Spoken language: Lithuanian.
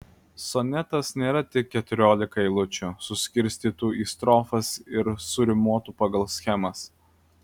sonetas nėra tik keturiolika eilučių suskirstytų į strofas ir surimuotų pagal schemas